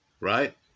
Right